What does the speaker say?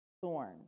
thorn